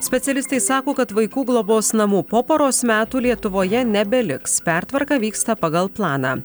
specialistai sako kad vaikų globos namų po poros metų lietuvoje nebeliks pertvarka vyksta pagal planą